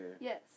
Yes